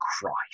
christ